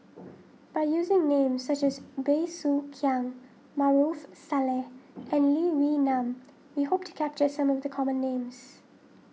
by using names such as Bey Soo Khiang Maarof Salleh and Lee Wee Nam we hope to capture some of the common names